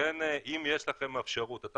לכן, אם יש לכם אפשרות אתה